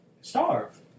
starve